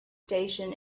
station